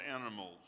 animals